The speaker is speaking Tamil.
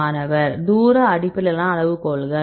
மாணவர் தூர அடிப்படையிலான அளவுகோல்கள்